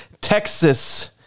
Texas